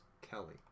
Kelly